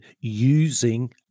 using